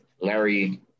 Larry